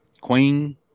Queen